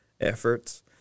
efforts